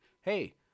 Hey